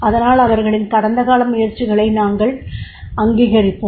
அதனால் அவர்களின் கடந்தகால முயற்சிகளை நாங்கள் அங்கீகரிப்போம்